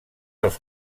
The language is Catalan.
als